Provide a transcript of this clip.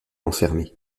enfermé